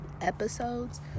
episodes